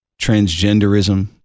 transgenderism